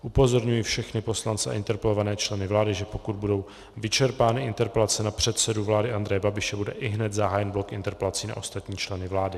Upozorňuji všechny poslance a interpelované členy vlády, že pokud budou vyčerpány interpelace na předsedu vlády Andreje Babiše, bude ihned zahájen blok interpelací na ostatní členy vlády.